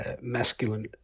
masculine